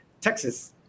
Texas